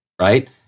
right